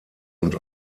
und